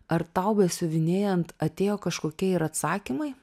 ar tau besiuvinėjant atėjo kažkokie ir atsakymai